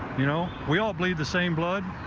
you know? we all bleed the same blood.